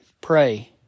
pray